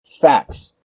Facts